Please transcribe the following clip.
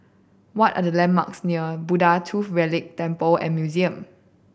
what are the landmarks near Buddha Tooth Relic Temple and Museum